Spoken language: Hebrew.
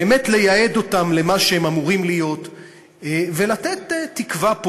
באמת לייעד אותם למה שהם אמורים להיות ולתת תקווה פה,